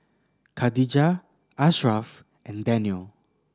Khadija Ashraff and Daniel